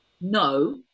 no